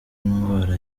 indwara